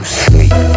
sleep